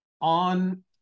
on